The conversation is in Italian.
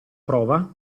prova